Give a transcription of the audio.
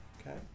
Okay